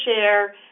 share